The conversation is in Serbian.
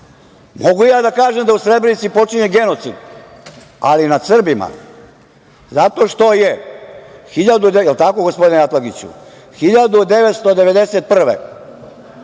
Mogu ja da kažem da je u Srebrenici počinjen genocid ali nad Srbima zato što je 1991.